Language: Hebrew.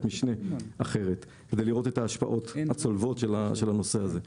משנה אחרת כדי לראות את ההשפעות הצולבות של הנושא הזה.